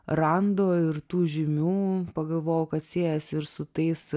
rando ir tų žymių pagalvojau kad siejasi ir su tais